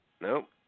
Nope